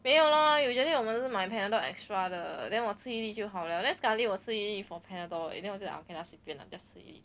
没有 lor usually 我们是买 panadol extra 的 then 我吃一粒就好了 then sekali 我吃一粒 for panadol 而已 then 我就 like ah okay lah 吃一粒就好